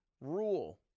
rule